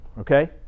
okay